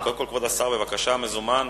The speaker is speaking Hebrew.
קודם כול, כבוד השר, בבקשה, מזומן